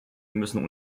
müssen